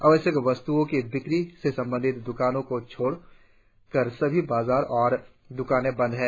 आवश्यक वस्त्ओं की बिक्री से संबंधित द्कानों को छोड़ कर सभी बाजार और द्कानें बंद हैं